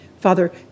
Father